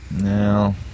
No